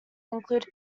include